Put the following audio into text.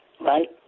right